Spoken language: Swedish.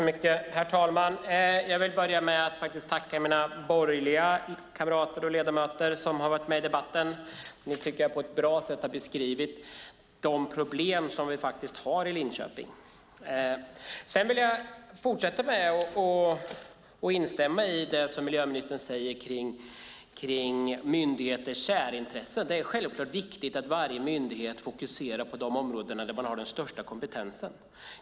Herr talman! Jag vill börja med att tacka mina borgerliga kamrater som varit med i debatten. De har på ett bra sätt beskrivit de problem som vi har i Linköping. Sedan vill jag instämma i det som miljöministern säger om myndigheters särintressen. Det är självklart viktigt att varje myndighet fokuserar på de områden där man har den största kompetensen.